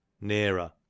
nearer